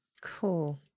Cool